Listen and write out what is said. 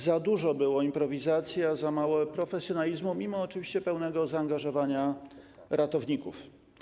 Za dużo było improwizacji, a za mało profesjonalizmu mimo oczywiście pełnego zaangażowania ratowników.